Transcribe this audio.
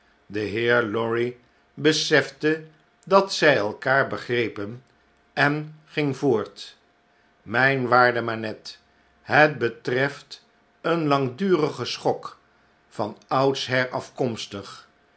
de heer lorry besefte dat zij elkaar begrepen en ging voort mijn waarde manette het betreft een langdurigen schok van oudsher afkomstig